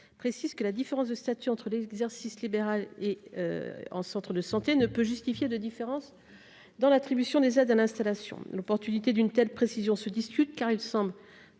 préciser que la différence de statut entre exercice en libéral et en centre de santé ne saurait justifier de différence dans l'attribution des aides à l'installation. L'opportunité d'une telle mesure se discute, car il semble